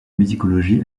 musicologie